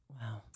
Wow